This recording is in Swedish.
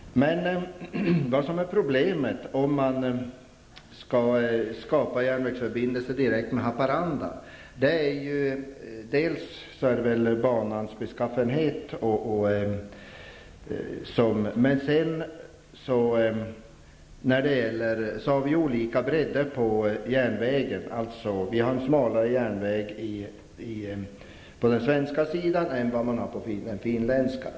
Problemet med att skapa järnvägsförbindelser direkt med Haparanda är dels banans beskaffenhet, dels de olika bredderna på järnvägen, dvs. att den är smalare på den svenska sidan än på den finländska.